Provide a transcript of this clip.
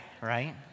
right